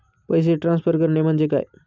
पैसे ट्रान्सफर करणे म्हणजे काय?